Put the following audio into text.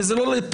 וזה לא לפה,